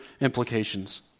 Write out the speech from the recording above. implications